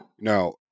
now